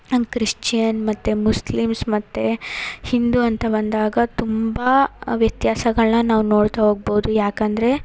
ನಂಗೆ ಕ್ರಿಶ್ಚಿಯನ್ ಮತ್ತು ಮುಸ್ಲಿಮ್ಸ್ ಮತ್ತು ಹಿಂದೂ ಅಂತ ಬಂದಾಗ ತುಂಬ ವ್ಯತ್ಯಾಸಗಳನ್ನ ನಾವು ನೋಡ್ತಾ ಹೋಗ್ಬೋದು ಯಾಕಂದರೆ